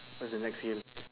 what's the next game